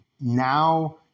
now